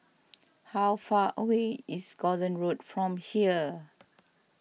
how far away is Gordon Road from here